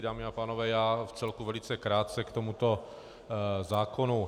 Dámy a pánové, já vcelku velice krátce k tomuto zákonu.